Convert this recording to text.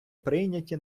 прийняті